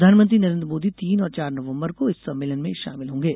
प्रधानमंत्री नरेन्द्र मोदी तीन और चार नवम्बर को इस सम्मेलन में शामिल होंगे